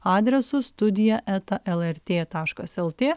adresu studija eta lrt taškas lt